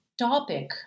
topic